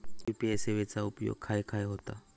UPI सेवेचा उपयोग खाय खाय होता?